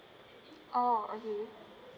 orh okay